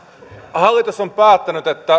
hallitus on päättänyt että